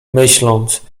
myśląc